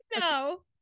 no